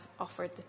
offered